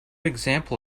example